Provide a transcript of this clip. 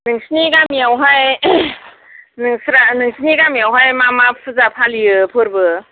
नोंसिनि गामियावहाय नोंस्रा नोंसिनि गामियावहाय मा मा फुजा फालियो फोरबो